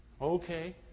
Okay